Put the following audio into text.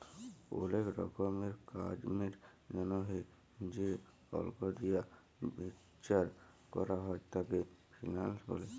ওলেক রকমের কামের জনহে যে অল্ক দিয়া হিচ্চাব ক্যরা হ্যয় তাকে ফিন্যান্স ব্যলে